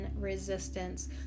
resistance